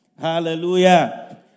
Hallelujah